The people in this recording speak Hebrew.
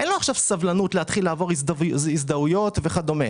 אין לו עכשיו סבלנות להתחיל לעבור הזדהויות וכדומה,